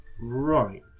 Right